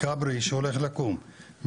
כברי שהולך לקום,